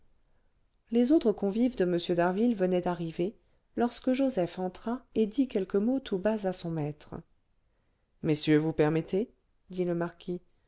les autres convives de m d'harville venaient d'arriver lorsque joseph entra et dit quelques mots tout bas à son maître messieurs vous permettez dit le marquis